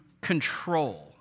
control